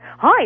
Hi